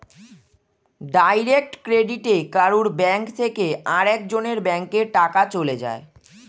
direct ক্রেডিটে কারুর bank থেকে আরেক জনের ব্যাংকে টাকা চলে যায়